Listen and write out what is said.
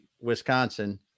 Wisconsin